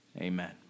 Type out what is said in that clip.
amen